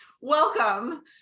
Welcome